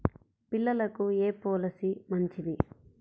పిల్లలకు ఏ పొలసీ మంచిది?